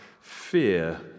fear